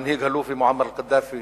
המנהיג הלובי מועמר קדאפי